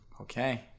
Okay